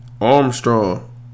Armstrong